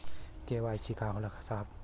KYC का होला साहब?